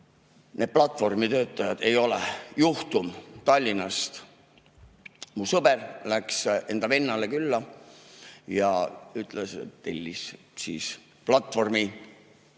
Need platvormitöötajad ei ole "juhtum Tallinnast". Mu sõber läks enda vennale külla ja ütles, et tellis